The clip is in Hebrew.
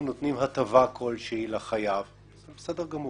נותנים הטבה כלשהי לחייב וזה בסדר גמור,